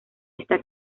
está